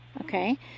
okay